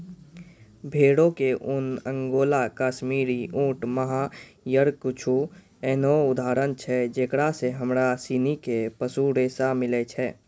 भेड़ो के ऊन, अंगोला, काश्मीरी, ऊंट, मोहायर कुछु एहनो उदाहरण छै जेकरा से हमरा सिनी के पशु रेशा मिलै छै